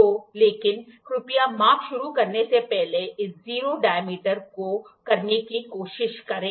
तो लेकिन कृपया माप शुरू करने से पहले इस 0 डायमीटर को करने की कोशिश करें